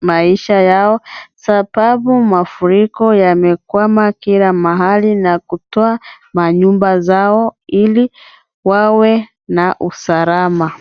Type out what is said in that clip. maisha yao sababu mafuriko yamekwama kila mahali na kutoa manyumba zao ili wawe na usalama .